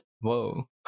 Whoa